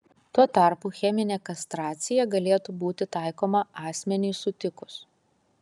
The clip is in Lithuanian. tuo tarpu cheminė kastracija galėtų būti taikoma asmeniui sutikus